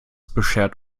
beschert